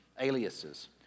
aliases